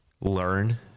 learn